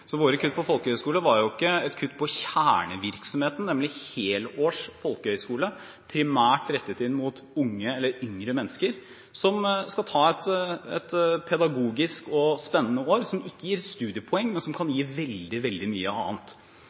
Så våre kutt på folkehøgskole var ikke et kutt på kjernevirksomheten, nemlig helårs folkehøgskole, primært rettet inn mot unge eller yngre mennesker, som skal ta et pedagogisk og spennende år som ikke gir studiepoeng, men som kan gi veldig mye annet.